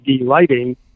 lighting